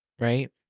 Right